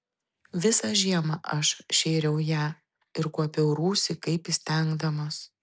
visą žiemą aš šėriau ją ir kuopiau rūsį kaip įstengdamas